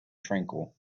tranquil